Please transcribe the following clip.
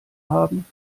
haben